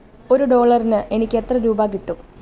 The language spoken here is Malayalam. ഒരു ഡോളറിന് എനിക്ക് എത്ര രൂപ കിട്ടും